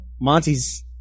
Monty's